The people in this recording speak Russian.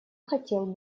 хотел